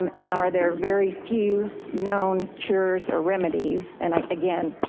um and are there very few known cures or remedies? and like again,